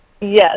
Yes